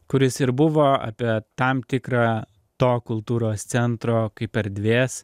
kuris ir buvo apie tam tikrą to kultūros centro kaip erdvės